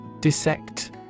Dissect